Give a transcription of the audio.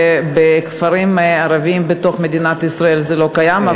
בכפרים ערביים בתוך מדינת ישראל זה לא קיים.